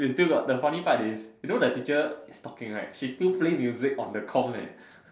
we still got the funny part is you know the teacher is talking right she still play music on the comp leh